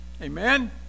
Amen